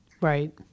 Right